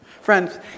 Friends